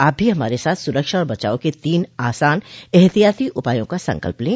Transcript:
आप भी हमारे साथ सुरक्षा और बचाव के तीन आसान एहतियाती उपायों का संकल्प लें